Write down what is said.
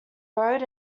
road